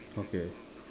okay